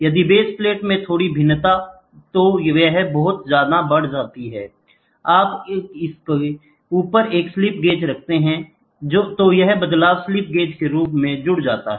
यदि base plate में थोड़ी भिन्नता है तो यह बहुत ज्यादा बढ़ जाती है जब आप इसके ऊपर एक स्लिप गेज रखते हैं तो यह बदलाव स्लिप गेज के रूप में जुड़ जाता है